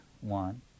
one